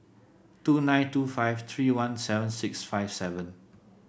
two nine two five three one seven six five seven